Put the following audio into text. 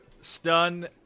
stun